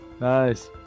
Nice